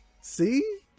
see